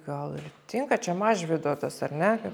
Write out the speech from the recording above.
gal ir tinka čia mažvydo tas ar ne kad